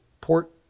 port